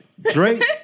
Drake